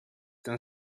than